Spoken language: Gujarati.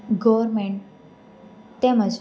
ગવર્મેન્ટ તેમજ